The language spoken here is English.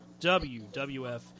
WWF